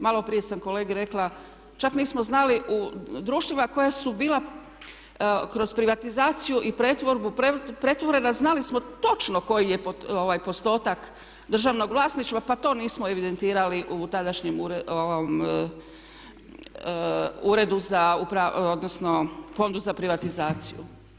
Maloprije sam kolegi rekla čak nismo znali u društvima koja su bila kroz privatizaciju i pretvorbu pretvorena znali smo točno koji je postotak državnog vlasništva pa to nismo evidentirali u tadašnjem Fondu za privatizaciju.